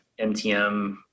MTM